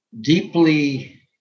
deeply